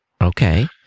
okay